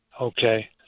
Okay